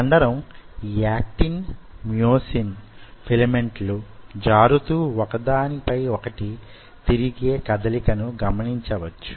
కండరం actin myosin ఫిలమెంట్లు జారుతూ వొక దానిపై వొకటి తిరిగే కదలికను గమనించవచ్చు